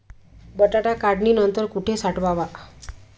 बटाटा काढणी नंतर कुठे साठवावा?